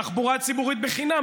תחבורה ציבורית חינם,